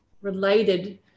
related